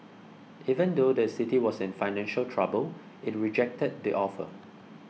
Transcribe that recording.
even though the city was in financial trouble it rejected the offer